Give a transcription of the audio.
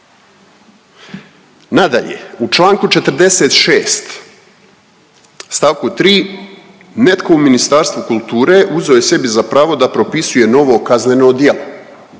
Nadalje, u članku 46. stavku 3. netko u Ministarstvu kulture uzeo je sebi za pravo da propisuje novo kazneno djelo,